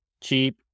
cheap